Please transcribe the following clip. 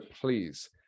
please